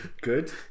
Good